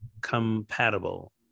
compatible